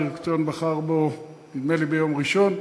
הדירקטוריון בחר בו, נדמה לי, ביום ראשון.